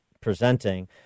presenting